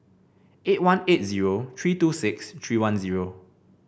eight one eight zero three two six three one zero